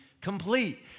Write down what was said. complete